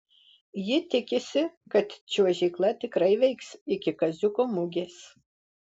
ji tikisi kad čiuožykla tikrai veiks iki kaziuko mugės